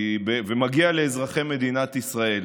מגיע לאזרחי מדינת ישראל.